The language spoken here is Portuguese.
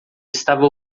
estava